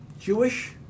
Jewish